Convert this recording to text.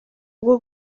bwo